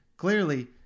Clearly